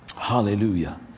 Hallelujah